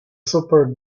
super